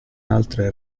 altre